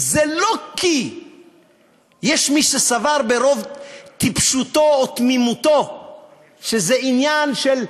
יש מי שסבר ברוב טיפשותו או תמימותו שזה עניין של,